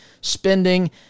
spending